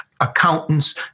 accountants